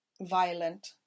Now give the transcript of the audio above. violent